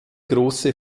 große